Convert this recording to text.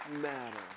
matter